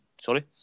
sorry